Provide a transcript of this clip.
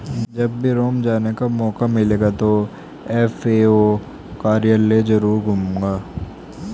जब भी रोम जाने का मौका मिलेगा तो एफ.ए.ओ कार्यालय जरूर घूमूंगा